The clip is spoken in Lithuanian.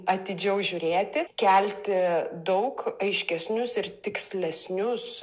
atidžiau žiūrėti kelti daug aiškesnius ir tikslesnius